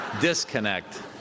disconnect